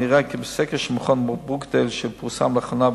בסקר של מכון ברוקדייל שפורסם לאחרונה,